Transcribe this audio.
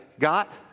got